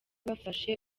bafashe